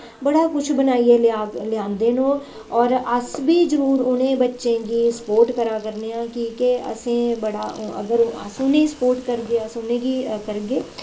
बड़ा कुछ बनाइयै लेआंदे न ओह् होर अस बी जरूर उ'नें बच्चें गी स्पोर्ट करा करने आं कि के असें बड़ा अगर अस उ'नें ई स्पोर्ट करगे अस उ'नेंगी करगे